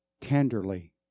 tenderly